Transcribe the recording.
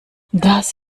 das